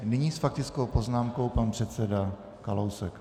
Nyní s faktickou poznámkou pan předseda Kalousek.